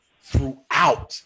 throughout